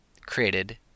created